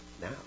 now